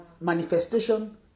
manifestation